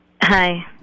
Hi